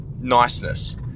niceness